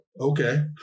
okay